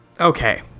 Okay